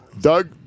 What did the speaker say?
Doug